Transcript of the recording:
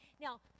Now